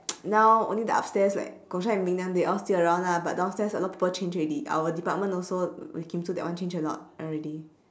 now only the upstairs like and ming liang they all still around lah but downstairs a lot of people change already our department also with kim sue that one change a lot already